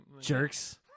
Jerks